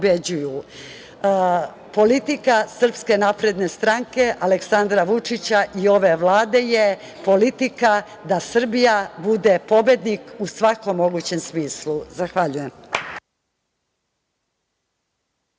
Politika SNS, Aleksandra Vučića i ove Vlade je politika da Srbija bude pobednik u svakom mogućem smislu. Zahvaljujem.